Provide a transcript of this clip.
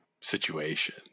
Situation